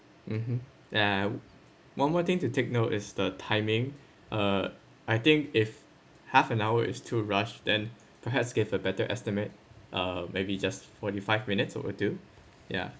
mmhmm ya one more thing to take note is the timing uh I think if half an hour is too rush then perhaps gave a better estimate uh maybe just forty five minutes or will do ya